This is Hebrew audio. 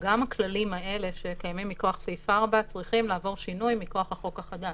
גם הכללים שקיימים מכוח סעיף 4 צריכים לעבור שינוי מכוח החוק החדש.